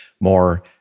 more